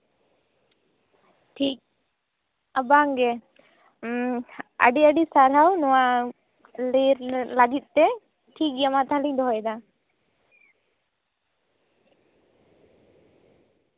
ᱴᱷᱤᱠ ᱵᱟᱝᱜᱮ ᱟᱹᱰᱤᱼᱟᱹᱰᱤ ᱥᱟᱨᱦᱟᱣ ᱱᱚᱣᱟ ᱞᱟᱹᱭ ᱞᱟᱹᱜᱤᱫ ᱛᱮ ᱴᱷᱤᱠᱜᱮᱭᱟ ᱢᱟ ᱛᱟᱦᱞᱮᱧ ᱫᱚᱦᱚᱭᱫᱟ